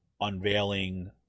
unveiling